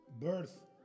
Birth